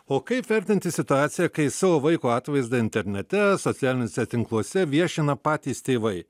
o kaip vertinti situaciją kai savo vaiko atvaizdą internete socialiniuose tinkluose viešina patys tėvai